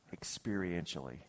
experientially